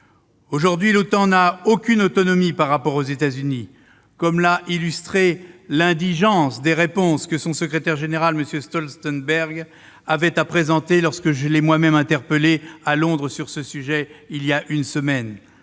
Aujourd'hui, l'OTAN n'a aucune autonomie par rapport aux États-Unis, comme l'a illustré l'indigence des réponses que son secrétaire général, M. Stoltenberg, avait à présenter lorsque je l'ai moi-même interpellé à Londres sur ce sujet il y a une semaine.